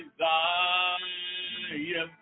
desire